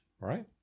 right